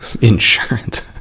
insurance